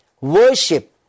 worship